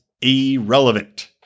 irrelevant